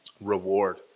reward